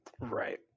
Right